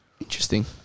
Interesting